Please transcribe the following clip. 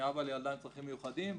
אבא לילדה עם צרכים מיוחדים,